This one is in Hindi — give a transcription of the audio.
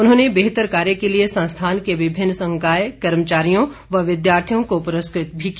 उन्होंने बेहतर कार्य के लिए संस्थान के विभिन्न संकाय कर्मचारियों व विद्यार्थियों को पुरस्कृत भी किया